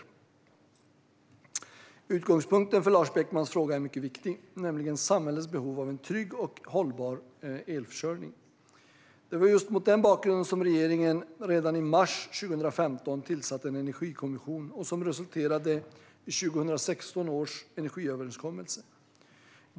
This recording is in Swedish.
Utgångspunkten för Lars Beckmans fråga är mycket viktig, nämligen samhällets behov av en trygg och hållbar elförsörjning. Det var just mot den bakgrunden som regeringen redan i mars 2015 tillsatte en energikommission, vilket resulterade i 2016 års energiöverenskommelse.